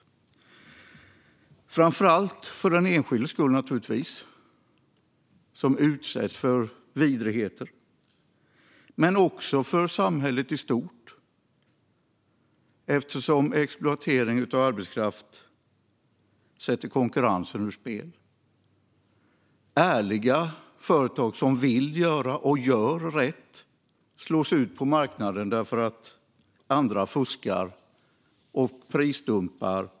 Det är framför allt för den enskildes skull, den som utsätts för vidrigheter, men också för samhället i stort, eftersom exploatering av arbetskraft sätter konkurrensen ur spel. Ärliga företag som vill göra och gör rätt slås ut på marknaden därför att andra fuskar och prisdumpar.